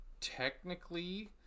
technically